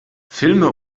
filme